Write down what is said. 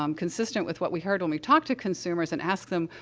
um consistent with what we heard when we talked to consumers and asked them,